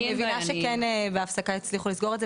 אני מבינה שבהפסקה הצליחו לסגור את זה,